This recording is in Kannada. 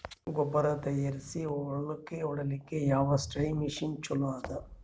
ಗೊಬ್ಬರ ತಯಾರಿಸಿ ಹೊಳ್ಳಕ ಹೊಡೇಲ್ಲಿಕ ಯಾವ ಸ್ಪ್ರಯ್ ಮಷಿನ್ ಚಲೋ ಅದ?